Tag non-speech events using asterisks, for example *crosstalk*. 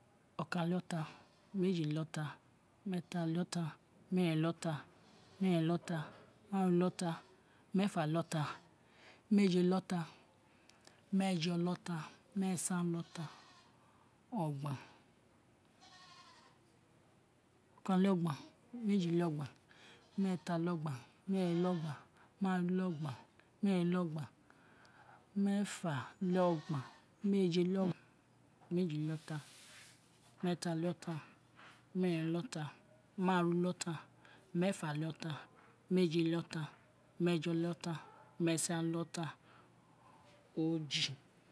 Okan-le-ota, meji-le-ota, meeta-le-ota, meeren-le-ota, maaru-le-ota, *noise* meefo-le-ota, meeje-le-ota *hesitation* meejo-le-ota, meesan-le-ota *noise* okan-le-ogban meeji-le-ogban, meeta-le-ogban *noise* meeren-le-ogban, maaru-le-ogban, meefa-le-ogban *noise* meeje-le-ogban, meji-le-ota, meeta-le-ota, meeren-le-ota, maaru-le-ota, meefa-le-ota, meeje-le-ota, meejo-le-ota meesan-le-ota *hesitation* oji.